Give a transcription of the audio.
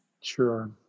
Sure